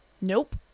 Nope